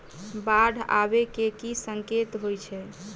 बाढ़ आबै केँ की संकेत होइ छै?